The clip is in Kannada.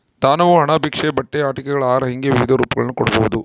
ದಾನವು ಹಣ ಭಿಕ್ಷೆ ಬಟ್ಟೆ ಆಟಿಕೆಗಳು ಆಹಾರ ಹಿಂಗೆ ವಿವಿಧ ರೂಪಗಳನ್ನು ಕೊಡ್ಬೋದು